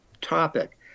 topic